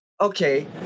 okay